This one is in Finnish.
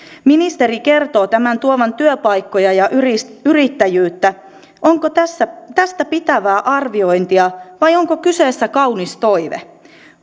ministeri kertoo tämän tuovan työpaikkoja ja yrittäjyyttä onko tästä pitävää arviointia vai onko kyseessä kaunis toive